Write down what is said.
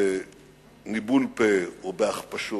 בניבול פה או בהכפשות